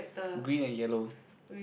green and yellow